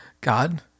God